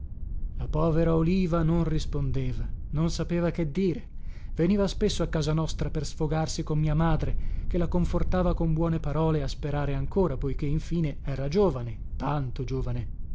la povera oliva non rispondeva non sapeva che dire veniva spesso a casa nostra per sfogarsi con mia madre che la confortava con buone parole a sperare ancora poiché infine era giovane tanto giovane